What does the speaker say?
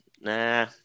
Nah